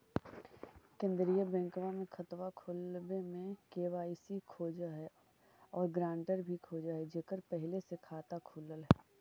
केंद्रीय बैंकवा मे खतवा खोलावे मे के.वाई.सी खोज है और ग्रांटर भी खोज है जेकर पहले से खाता खुलल है?